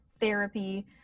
therapy